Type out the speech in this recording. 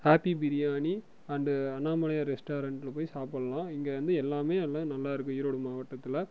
happy biryani and Annamalaiyar ரெஸ்ட்டாரண்ட்டில போய் சாப்புடலாம் இங்கே வந்து எல்லாமே எல்லா நல்லாருக்கும் ஈரோடு மாவட்டத்தில்